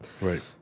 Right